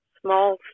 small